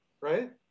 Right